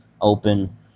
open